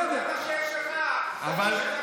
זה מה שיש לך, אכזרי שכמוך.